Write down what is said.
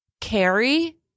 Carrie